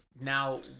now